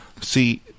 See